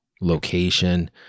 location